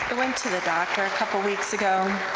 went to the doctor a couple weeks ago,